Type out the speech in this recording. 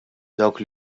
dawk